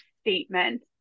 statement